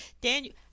Daniel